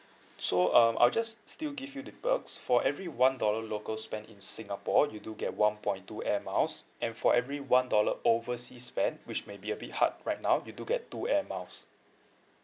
so um I'll just still give you the perks for every one dollar local spend in singapore you do get one point two air miles and for every one dollar oversea spend which may be a bit hard right now you do get two air miles